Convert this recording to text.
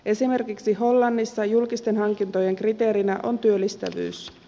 esimerkiksi hollannissa julkisten hankintojen kriteerinä on työllistävyys